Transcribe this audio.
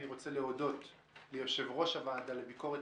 אני רוצה להודות ליושב-ראש הוועדה לענייני ביקורת